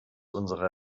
unsere